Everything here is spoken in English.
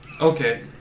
Okay